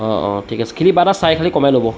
অঁ অঁ ঠিক আছে খালি কিবা এটা চাই খালি কমাই ল'ব